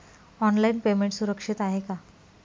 Online payment सुरक्षित आहे का?